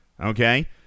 Okay